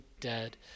dead